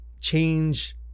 change